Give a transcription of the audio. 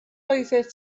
oeddet